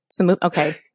Okay